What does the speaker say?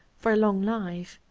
for a long life.